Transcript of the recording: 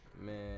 Man